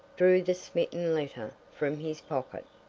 drew the smeaton letter from his pocket.